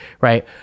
right